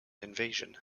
invasion